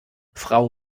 frau